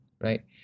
right